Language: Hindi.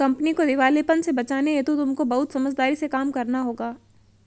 कंपनी को दिवालेपन से बचाने हेतु तुमको बहुत समझदारी से काम करना होगा